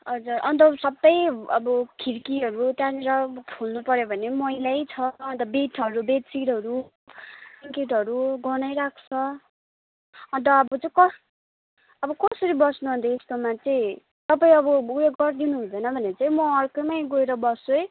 हजुर अन्त सबै अब खिड्कीहरू त्यहाँनिर खोल्नु पऱ्यो भने पनि मैलै छ अन्त बेडहरू बेडसिटहरू ब्ल्याङकेटहरू गनाइरहेको छ अन्त अब चाहिँ कस् अब कसरी बस्नु अन्त यस्तोमा चाहिँ तपाईँ अब उयो गरिदिनु हुँदैन भने चाहिँ म अर्कैमा गएर बस्छु है